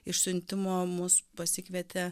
išsiuntimo mus pasikvietė